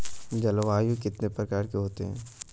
जलवायु कितने प्रकार की होती हैं?